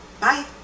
Bye